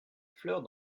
fleurs